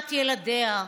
ארבעת ילדיה,